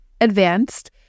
advanced